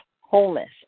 wholeness